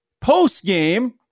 Post-game